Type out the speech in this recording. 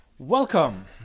Welcome